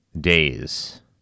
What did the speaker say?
days